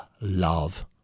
love